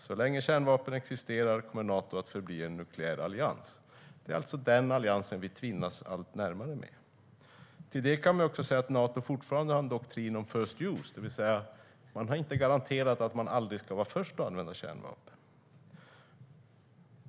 Så länge kärnvapen existerar kommer Nato att förbli en nukleär allians. Det är alltså den alliansen vi tvinnas allt närmare. Till det kan man också lägga att Nato fortfarande har en doktrin om first use, det vill säga har inte garanterat att man aldrig ska vara först med att använda kärnvapen.